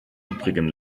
übrigen